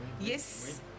yes